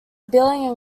billing